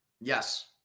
Yes